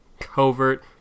covert